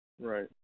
Right